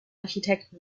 architekten